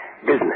Business